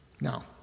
Now